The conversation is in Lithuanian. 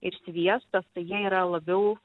ir sviestas tai jie yra labiau